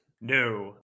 No